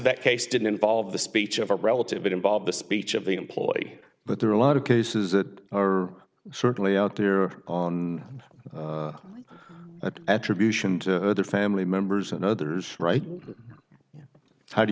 that case didn't involve the speech of a relative it involved the speech of the employee but there are a lot of cases that are certainly out there on that attribution to other family members and others right how do